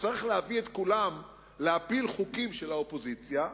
כשצריך להביא את כולם להפיל חוקים של האופוזיציה,